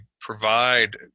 provide